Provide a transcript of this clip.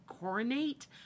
coronate